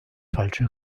falsche